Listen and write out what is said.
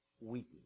weeping